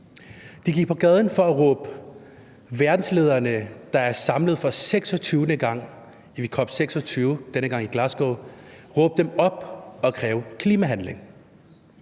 De gik på gaden for at råbe verdenslederne, der er samlet for 26. gang ved COP26 – denne gang i Glasgow – op og kræve klimahandling.